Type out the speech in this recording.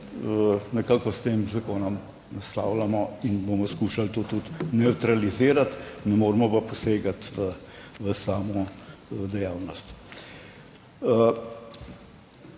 nekako s tem zakonom naslavljamo in bomo skušali to tudi nevtralizirati. Ne moremo pa posegati v samo dejavnost.